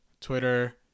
Twitter